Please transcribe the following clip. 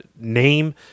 name